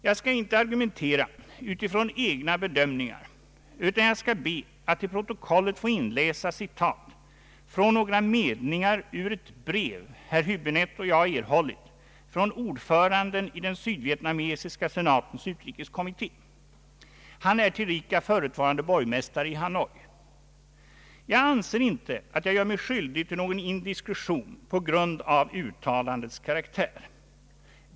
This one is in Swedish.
Jag skall inte argumentera utifrån egna bedömningar utan skall be att till protokollet få inläsa citat ur några meningar ur ett brev, som herr Hibinette och jag har erhållit från ordföranden i den sydvietnamesiska senatens utrikeskommitté. Han är tillika förutvarande borgmästare i Hanoi. Jag anser inte att jag gör mig skyldig till någon indiskretion på grund av uttalandets karaktär.